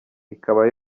ikaba